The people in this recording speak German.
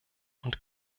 und